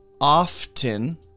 often